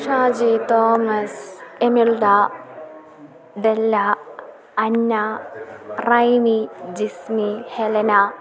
Shaji Thomas Emilda Della Anna Raimy Jismi Helena